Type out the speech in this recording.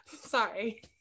sorry